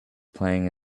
playing